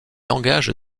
engage